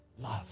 love